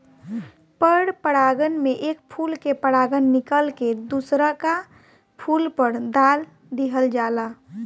पर परागण में एक फूल के परागण निकल के दुसरका फूल पर दाल दीहल जाला